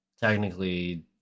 Technically